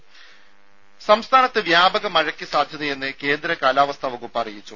രും സംസ്ഥാനത്ത് വ്യാപക മഴയ്ക്ക് സാധ്യതയെന്ന് കേന്ദ്ര കാലാവസ്ഥാ വകുപ്പ് അറിയിച്ചു